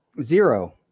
Zero